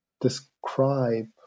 describe